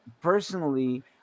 personally